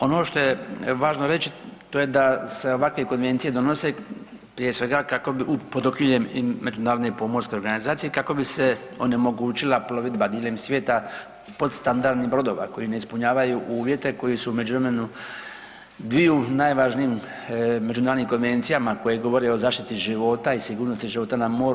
Ono što je važno reći, to je da se ovakve konvencije donose prije svega kako bi pod okriljem Međunarodne pomorske organizacije kako bi se onemogućila plovidba diljem svijeta kod standardnih brodova koji ne ispunjavaju uvjete koji su u međuvremenu dviju najvažnijim Međunarodnim konvencijama, koje govore o zaštiti života i sigurnosti života na moru.